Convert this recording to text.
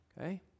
Okay